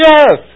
Yes